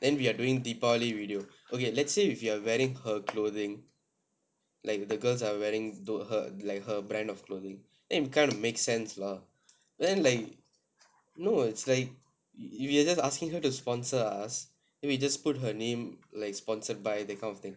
then we are doing the deepavali video okay let's say if you are wearing her clothing like the girls are wearing to her like her brand of clothing then it kind of make sense lah then like no it's like you're just asking her to sponsor us then we just put her name like sponsored by that kind of thing